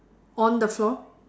on the floor